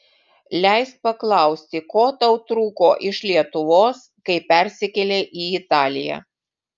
leisk paklausti ko tau trūko iš lietuvos kai persikėlei į italiją